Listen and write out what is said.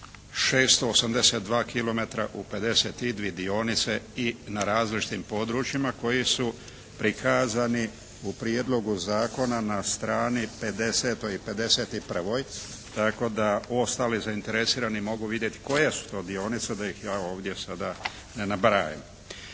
682 kilometra u 52 dionice i na različitim područjima koji su prikazani u prijedlogu zakona na strani 50. i 51. Tako da ostali zainteresirani mogu vidjeti koje su to dionice da ih ja ovdje sada ne nabrajam.